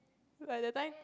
by the time